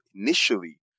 initially